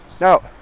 now